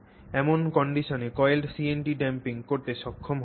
এমন কন্ডিশনে coiled CNT damping করতে সক্ষম হয় না